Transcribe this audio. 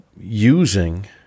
using